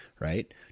right